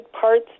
parts